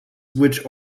which